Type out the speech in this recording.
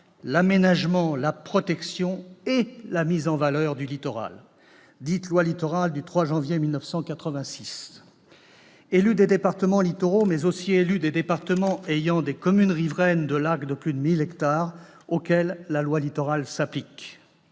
l'aménagement, la protection et la mise en valeur du littoral, dite « loi Littoral », du 3 janvier 1986. Il s'agit d'élus des départements littoraux, mais aussi de départements ayant des communes riveraines de lacs de plus de 1 000 hectares auxquelles la loi Littoral s'applique.